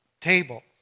table